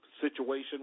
Situation